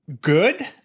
good